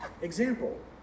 example